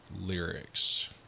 lyrics